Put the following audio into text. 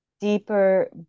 deeper